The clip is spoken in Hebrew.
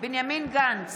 בנימין גנץ,